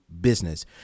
business